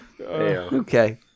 Okay